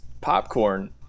popcorn